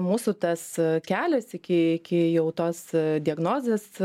mūsų tas kelias iki iki jau tos diagnozės